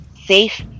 safe